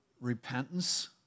repentance